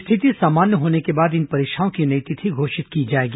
स्थिति सामान्य होने के बाद इन परीक्षाओं की नई तिथि घोषित की जाएगी